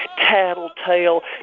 tattletale,